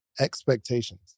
expectations